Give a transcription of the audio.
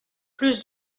plus